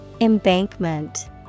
Embankment